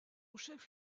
chef